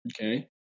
Okay